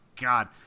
God